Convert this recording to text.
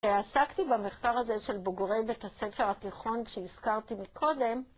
עסקתי במחקר הזה של בוגרי בית הספר התיכון שהזכרתי מקודם